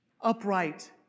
upright